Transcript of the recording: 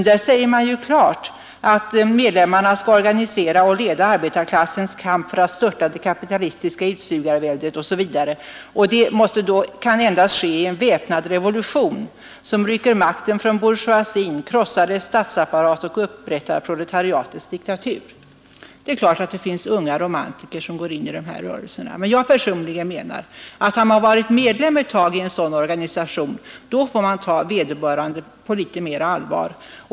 Där uttalas klart att medlemmarna skall organisera och leda arbetarklassens kamp för att störta det kapitalistiska utsugarväldet osv. Det kan endast ske i en väpnad revolution, som rycker makten från bourgeoisin, krossar dess statsapparat och upprättar proletariatets diktatur. Det är klart att det finns unga romantiker som går in i dessa rörelser, men jag menar att en person som en tid varit medlem i en sådan organisation får tas något mera på allvar.